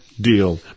deal